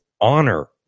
honor